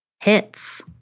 hits